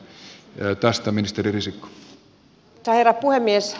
arvoisa herra puhemies